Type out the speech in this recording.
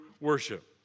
worship